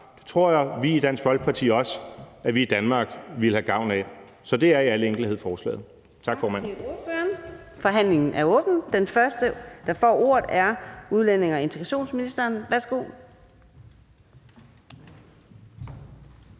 Det tror vi i Dansk Folkeparti også at vi i Danmark ville have gavn af. Så det er i al enkelhed forslaget. Tak, formand.